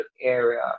area